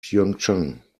pyeongchang